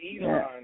Elon